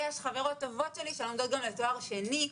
יש לי חברות טובות שלומדות גם לתואר שני,